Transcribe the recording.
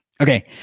Okay